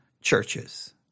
churches